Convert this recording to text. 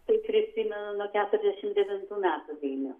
tai prisimenu nuo keturiasdešimt devintų metų vilnių